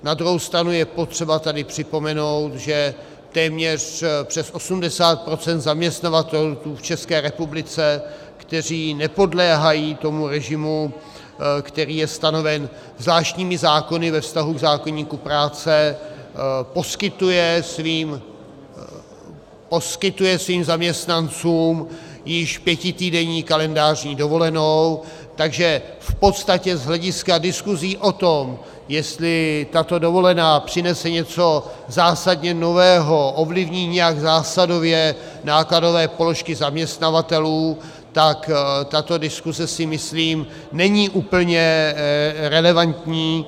Na druhou stranu je potřeba tady připomenout, že téměř přes 80 % zaměstnavatelů v České republice, kteří nepodléhají tomu režimu, který je stanoven zvláštními zákony ve vztahu k zákoníku práce, poskytuje svým zaměstnancům již pětitýdenní kalendářní dovolenou, takže v podstatě z hlediska diskusí o tom, jestli tato dovolená přinese něco zásadně nového, ovlivní nějak zásadově nákladové položky zaměstnavatelů, tak tato diskuse, si myslím, není úplně relevantní.